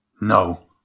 No